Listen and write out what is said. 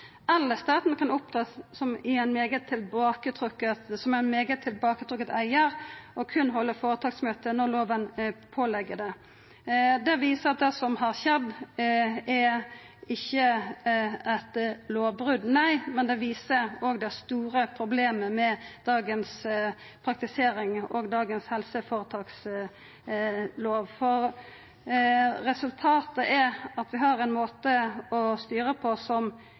eller staten kan opptre som en meget tilbaketrukket eier og kun holde foretaksmøte når loven pålegger det.» Dette viser at det som har skjedd, ikkje er eit lovbrot, men det viser det store problemet med dagens praktisering og dagens helseføretakslov. Resultatet er at vi har ein måte å styra på som